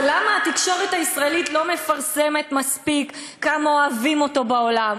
ולמה התקשורת הישראלית לא מפרסמת מספיק כמה אוהבים אותו בעולם,